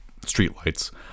streetlights